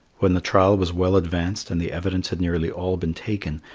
when the trial was well advanced, and the evidence had nearly all been taken,